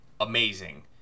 amazing